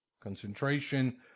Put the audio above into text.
concentration